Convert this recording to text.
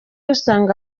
usanga